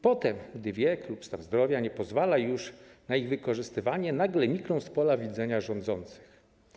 Potem, gdy wiek lub stan zdrowia nie pozwala już na ich wykorzystywanie, nagle nikną z pola widzenia rządzących.